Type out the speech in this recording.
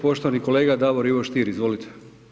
Poštovani kolega Davor Ivo Stier, izvolite.